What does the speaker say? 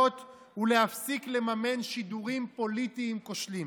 ולהפסיק לממן שידורים פוליטיים כושלים.